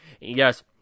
Yes